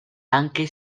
anche